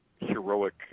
heroic